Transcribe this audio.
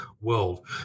world